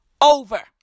over